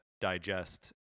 digest